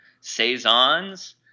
saisons